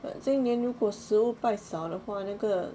今年如果食物拜少的话那个